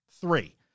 Three